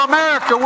America